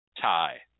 tie